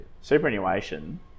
superannuation